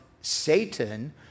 Satan